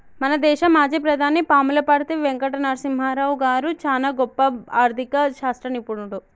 మన దేశ మాజీ ప్రధాని పాములపర్తి వెంకట నరసింహారావు గారు చానా గొప్ప ఆర్ధిక శాస్త్ర నిపుణుడు